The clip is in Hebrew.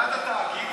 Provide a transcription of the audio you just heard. בעד התאגיד,